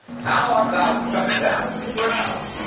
how are thou cut down to the ground,